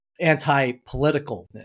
Anti-politicalness